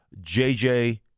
JJ